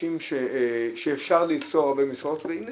אנשים שאפשר ליצור הרבה משרות והנה,